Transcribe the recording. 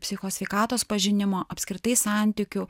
psichikos sveikatos pažinimo apskritai santykių